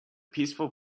peaceful